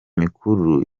mikuru